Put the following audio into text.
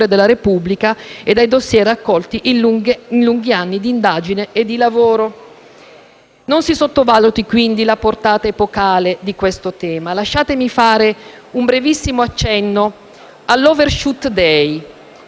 della Repubblica e dai *dossier* raccolti in lunghi anni d'indagine e di lavoro. Non si sottovaluti, quindi, la portata epocale di questo tema. Lasciatemi fare un brevissimo accenno all'*overshoot day*.